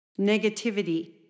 negativity